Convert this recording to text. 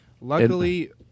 Luckily